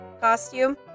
costume